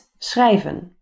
schrijven